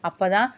அப்போதான்